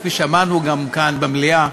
כפי שאמרנו גם כאן במליאה,